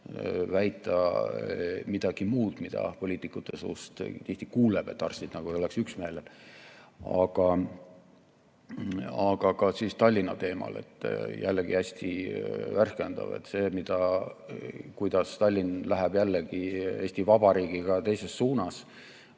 väita midagi muud, mida poliitikute suust tihti kuuleb, et arstid nagu ei oleks üksmeelel. Aga ka Tallinna teema oli jällegi hästi värskendav. Tallinn läheb jällegi Eesti Vabariigist teises suunas,